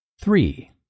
Three